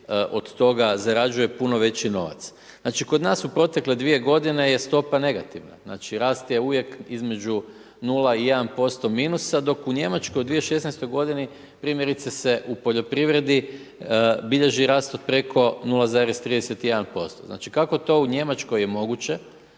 od toga zarađuje puno veći novac. Znači kod nas u protekle 2 godine je stopa negativna, znači rast je uvijek između 0 i 1% minuta dok u Njemačkoj u 2016. godini primjerice se u poljoprivredi bilježi rast od preko 0,31%. Znači kako to u Njemačkoj je moguće